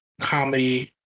comedy